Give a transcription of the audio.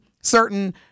certain